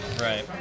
Right